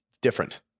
different